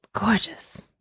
Gorgeous